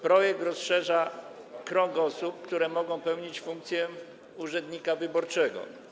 Projekt rozszerza krąg osób, które mogą pełnić funkcję urzędnika wyborczego.